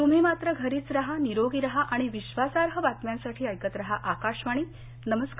तुम्ही मात्र घरीच राहा निरोगी राहा आणि विश्वासार्ह बातम्यांसाठी ऐकत राहा आकाशवाणी नमस्कार